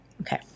Okay